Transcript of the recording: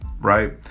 right